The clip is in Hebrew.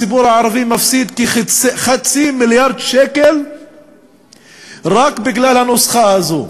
שהציבור הערבי מפסיד כחצי מיליארד שקל רק בגלל הנוסחה הזו.